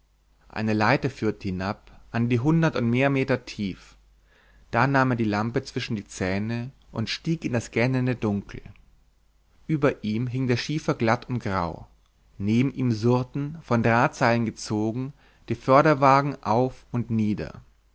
eine leiter führte hinab an die hundert und mehr meter tief da nahm er die lampe zwischen die zähne und stieg in das gähnende dunkel über ihm hing der schiefer glatt und grau neben ihm surrten von drahtseilen gezogen die förderwagen auf und nieder